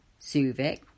Suvik